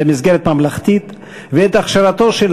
של חיילי ולוחמי האצ"ל במסגרת ממלכתית ואת הכשרתו של